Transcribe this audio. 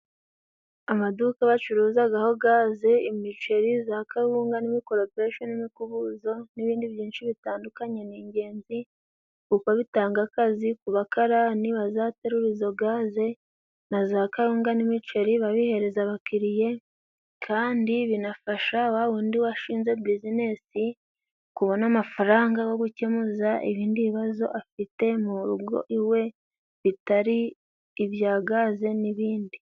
Amaduka bacuruzagaho gaze, imiceri za kawunga n'imikoropesho n'imikubuzo n'ibindi byinshi bitandukanye. Ni ingenzi kuko bitanga akazi ku bakarani bazaterura izo gaze na za kawunga n'imiceri, babihereza abakiriya kandi binafasha wa wundi washinze bizinesi, kubona amafaranga yo gukemuza ibindi bibazo afite mu rugo iwe bitari ibya gaze n'ibindi.